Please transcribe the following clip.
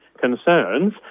concerns